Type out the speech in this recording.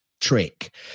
trick